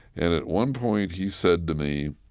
and at one point he said to me,